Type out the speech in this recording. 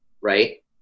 right